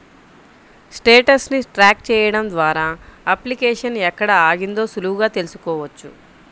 status ని track చెయ్యడం ద్వారా అప్లికేషన్ ఎక్కడ ఆగిందో సులువుగా తెల్సుకోవచ్చు